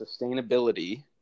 sustainability